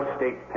State